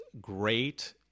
great